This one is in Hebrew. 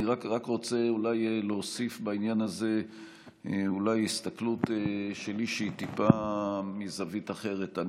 אני רק רוצה להוסיף בעניין הזה אולי הסתכלות שלי שהיא טיפה מזווית אחרת.